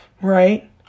right